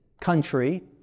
country